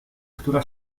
która